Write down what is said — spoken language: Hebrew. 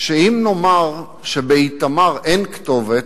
אם נאמר שבאיתמר אין כתובת,